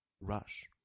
rush